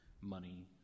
money